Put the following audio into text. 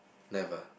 never